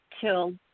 till